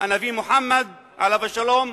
הנביא מוחמד עליו השלום,